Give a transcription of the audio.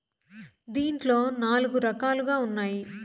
దీంట్లో నాలుగు రకాలుగా ఉన్నాయి